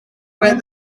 where